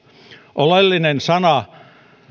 oleellinen sana